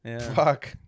Fuck